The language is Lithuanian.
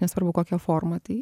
nesvarbu kokia forma tai